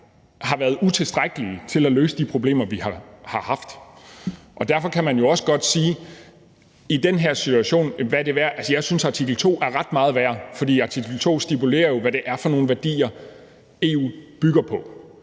har været utilstrækkelige til at løse de problemer, vi har haft. Derfor kan man jo også godt i den her situation spørge, hvad de er værd. Jeg synes, at artikel 2 er ret meget værd, fordi artikel 2 jo stipulerer, hvad det er for nogle værdier, EU bygger på.